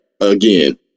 again